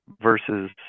versus